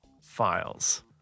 files